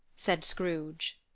said scrooge,